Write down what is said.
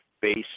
base